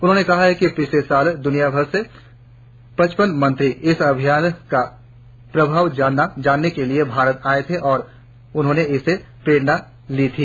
उन्होंने कहा कि पिछले साल द्रनियाभर से पच्चपन मंत्री इस अभियान का प्रभाव जानने भारत आये थे और उन्होंने इससे प्रेरणा ली थी